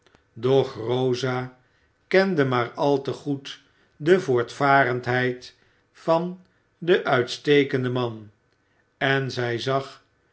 doch rosa kende maar al te goed de voortvarendheid van den uitstekenden man en zij zag